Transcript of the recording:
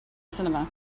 cinema